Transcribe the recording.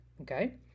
Okay